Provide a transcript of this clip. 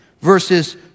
verses